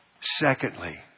Secondly